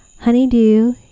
honeydew